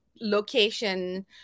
location